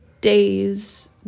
days